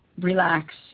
relax